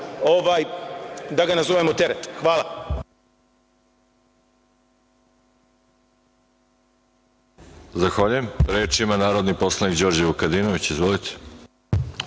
da ga nazovemo, teret. Hvala.